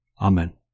Amen